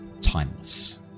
timeless